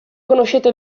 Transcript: conoscete